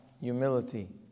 humility